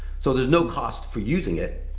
so there's no cost for using it.